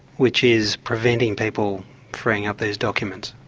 which is preventing people freeing up these documents?